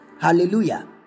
Hallelujah